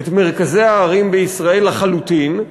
את מרכזי הערים בישראל לחלוטין,